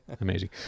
Amazing